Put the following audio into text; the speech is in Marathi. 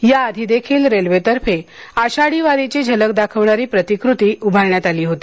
या आधी देखील रेल्वे तर्फे आषाढी वारीची झलक दाखवणारी प्रतिकृती उभारण्यात आली होती